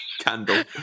candle